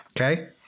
Okay